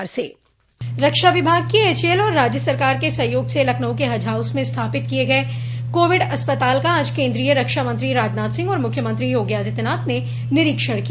रक्षा विभाग के एचएएल और राज्य सरकार के सहयोग से लखनऊ के हज हाउस में स्थापित किये गये कोविड अस्पताल का आज केन्द्रीय रक्षामंत्री राजनाथ सिंह और मुख्यमंत्री योगी आदित्यनाथ ने निरीक्षण किया